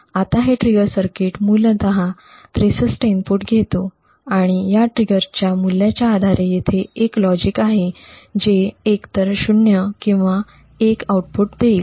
आता हे trigger circuit मूलत 63 इनपुट घेते आणि या ट्रिगरच्या मूल्याच्या आधारे येथे एक लॉजिक आहे जे एकतर 0 किंवा 1 आउटपुट देईल